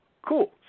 Cool